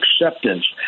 acceptance